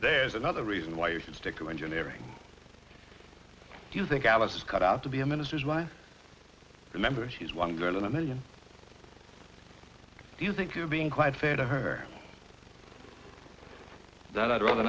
there's another reason why you should stick to engineering do you think alice is cut out to be a minister's wife remember she's one girl in a million do you think you're being quite fair to her then i'd rather